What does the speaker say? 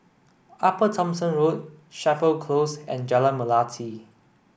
Upper Thomson Road Chapel Close and Jalan Melati